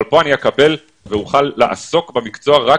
אבל כאן הן יקבלו ויוכלו לעסוק במקצוע רק